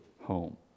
home